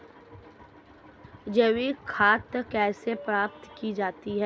जैविक खाद कैसे प्राप्त की जाती है?